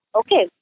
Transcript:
okay